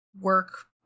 work